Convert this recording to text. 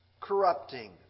corrupting